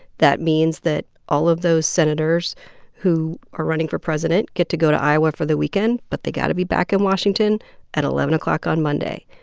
that means that all of those senators who are running for president get to go to iowa for the weekend. but they've got to be back in washington at eleven o'clock on monday.